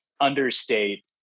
understate